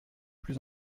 plus